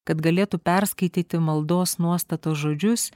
kad galėtų perskaityti maldos nuostatos žodžius